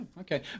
Okay